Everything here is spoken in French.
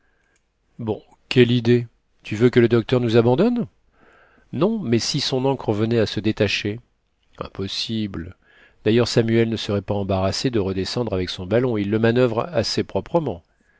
bon quelle idée tu veux que le docteur nous abandonne non mais si son ancre venait à se détacher impossible d'ailleurs samuel ne serait pas embarrassé de redescendre avec son ballon il le manuvre assez proprement